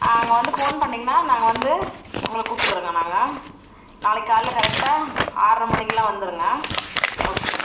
அங்கே வந்து ஃபோன் பண்ணிங்கன்னா நாங்கள் வந்து உங்களை கூப்பிட்டுக்குறோங்க நாங்கள் நாளைக்கு காலைல கரெட்டாக ஆறரை மணிக்குலாம் வந்துடுங்க ஓகே